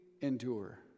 endure